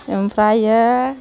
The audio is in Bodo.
आमफ्रायो